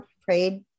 prayed